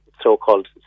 so-called